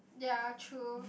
ya true